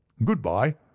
good-bye.